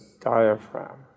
diaphragm